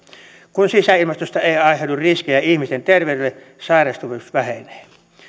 kun sisäilmastosta ei aiheudu riskejä ihmisen terveydelle sairastavuus vähenee